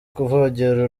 kuvogera